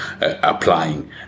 applying